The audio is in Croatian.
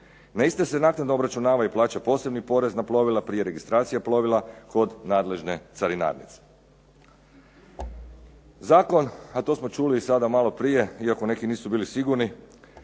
Na iste se naknadno obračunava i plaća posebni porez na plovila prije registracije plovila kod nadležna carinarnice. Zakon a to smo čuli i sada maloprije iako neki nisu bili sigurni